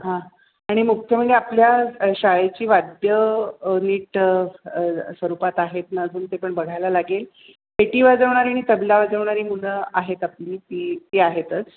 हां आणि मुख्य म्हणजे आपल्या शाळेची वाद्य नीट स्वरूपात आहेत ना अजुन ते पण बघायला लागेल पेटी वाजवणारी आणि तबला वाजवणारी मुलं आहेत आपली ती ती आहेतच